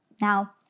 Now